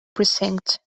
precinct